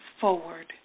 forward